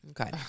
Okay